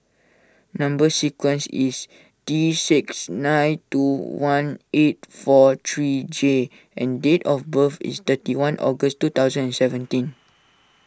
Number Sequence is T six nine two one eight four three J and date of birth is thirty one August two thousand and seventeen